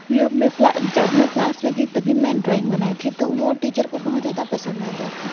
जब मैं क्लास में थी तभी मैं ड्रॉइंग बनाई थी तो वो टीचर को बहुत ज़्यादा पसंद आ गया था